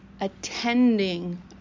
attending